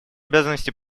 обязанности